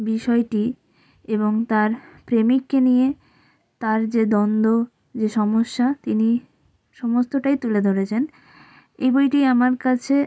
বিষয়টি এবং তার প্রেমিককে নিয়ে তার যে দ্বন্দ্ব যে সমস্যা তিনি সমস্তটাই তুলে ধরেছেন এই বইটি আমার কাছে